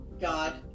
god